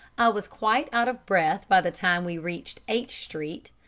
was quite out of breath by the time we reached h street,